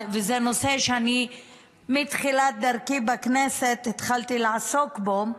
וזה נושא שאני מתחילת דרכי בכנסת התחלתי לעסוק בו,